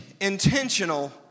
intentional